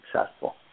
successful